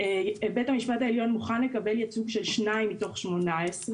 שבית המשפט העליון מוכן לקבל ייצוג של שניים מתוך 18,